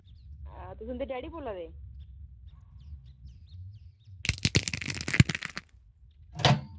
हां तुस उंदे डैडी बोल्ला दे